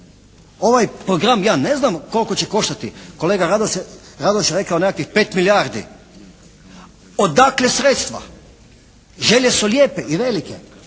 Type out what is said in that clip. Ovaj program ja ne znam koliko će koštati, kolega Radoš je rekao nekakvih 5 milijardi. Odakle sredstva? Želje su lijepe i velike,